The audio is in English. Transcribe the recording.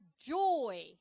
joy